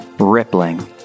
Rippling